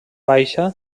baixa